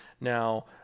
Now